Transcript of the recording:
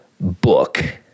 book